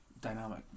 dynamic